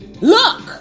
Look